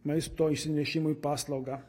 maisto išsinešimui paslaugą